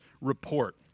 Report